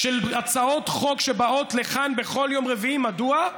של הצעות חוק שבאות לכאן בכל יום רביעי, מדוע?